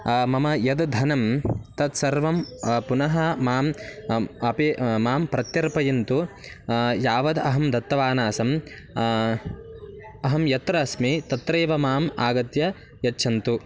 मम यद्धनं तत्सर्वं पुनः माम् अपे मां प्रत्यर्पयन्तु यावदहं दत्तवान् आसम् अहं यत्र अस्मि तत्रैव माम् आगत्य यच्छन्तु